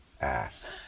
ass